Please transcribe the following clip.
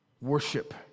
worship